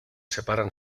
separan